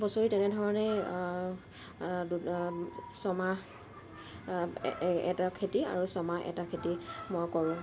বছৰি তেনেধৰণেই ছমাহ এটা খেতি আৰু ছমা এটা খেতি মই কৰোঁ